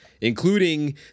including